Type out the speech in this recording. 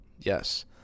Yes